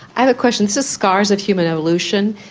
i have a question, this is scars of human evolution,